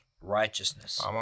righteousness